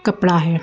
कपड़ा है